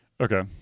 Okay